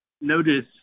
Notice